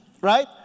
right